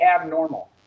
abnormal